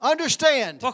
Understand